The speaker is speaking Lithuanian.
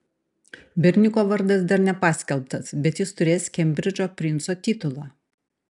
berniuko vardas dar nepaskelbtas bet jis turės kembridžo princo titulą